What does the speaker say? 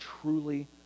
truly